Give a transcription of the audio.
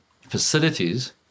facilities